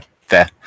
fair